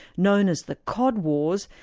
known as the cod wars,